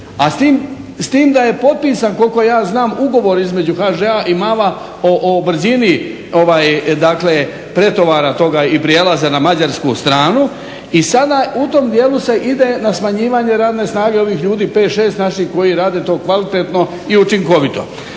a s tim da je potpisan koliko ja znam ugovor između HŽ-A i MAV-a o brzini pretovara i prijelaza na mađarsku strana. I sada u tom dijelu se ide na smanjivanje radne snage ovih ljudi 5, 6 naših koji rade to kvalitetno i učinkovito.